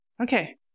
okay